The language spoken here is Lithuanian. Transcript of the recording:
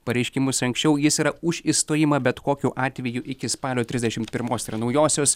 pareiškimus anksčiau jis yra už išstojimą bet kokiu atveju iki spalio trisdešim pirmos tai yra naujosios